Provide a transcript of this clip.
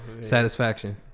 Satisfaction